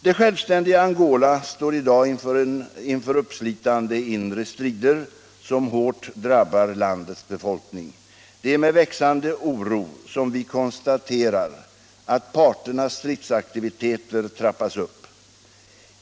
Det självständiga Angola står i dag inför uppslitande inre strider som hårt drabbar landets befolkning. Det är med växande oro som vi konstaterar att parternas stridsaktiviteter trappas upp.